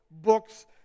books